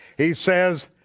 he says,